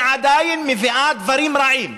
היא עדיין מביאה דברים רעים.